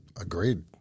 Agreed